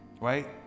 right